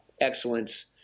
excellence